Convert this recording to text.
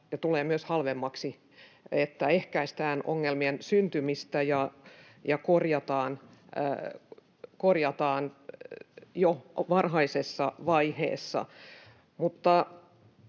ja tulee myös halvemmaksi, että ehkäistään ongelmien syntymistä ja korjataan jo varhaisessa vaiheessa.